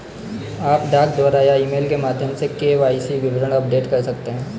आप डाक द्वारा या ईमेल के माध्यम से के.वाई.सी विवरण अपडेट कर सकते हैं